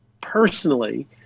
personally